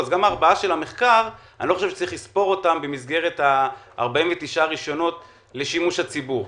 ואני לא חושב שצריך לספור את ה-4 במסגרת 49 הרישיונות לשימוש הציבור,